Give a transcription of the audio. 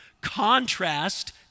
contrast